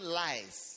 lies